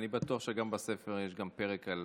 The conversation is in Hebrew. אני בטוח שבספר יש גם פרק על